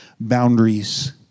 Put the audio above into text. boundaries